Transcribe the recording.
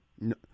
No